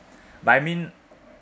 but I mean